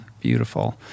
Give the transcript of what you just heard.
beautiful